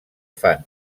fan